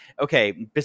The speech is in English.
okay